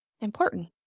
important